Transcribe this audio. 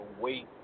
wait